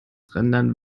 rendern